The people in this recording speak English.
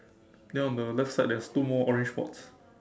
then on the left side there's two more orange spots